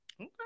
Okay